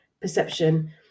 perception